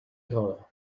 role